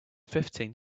fifty